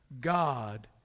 God